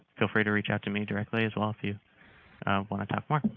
feel free to reach out to me directly, as well you want to talk more,